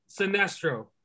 Sinestro